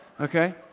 Okay